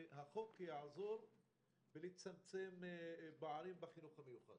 שהחוק יעזור לצמצם פערים בחינוך המיוחד